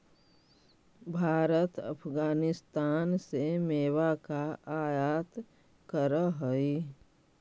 भारत अफगानिस्तान से मेवा का आयात करअ हई